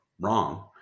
wrong